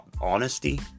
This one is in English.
honesty